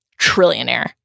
trillionaire